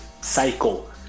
cycle